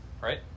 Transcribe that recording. right